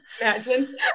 Imagine